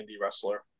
wrestler